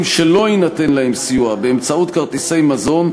שלא יינתן להם סיוע באמצעות כרטיסי מזון,